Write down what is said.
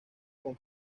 con